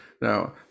Now